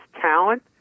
talent